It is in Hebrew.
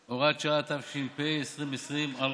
(הוראת שעה), התש"ף 2020, אחמד, אתה מפריע לי.